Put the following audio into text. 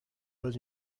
pas